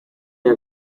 iya